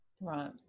right